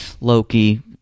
Loki